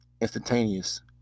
instantaneous